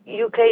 UK